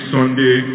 Sunday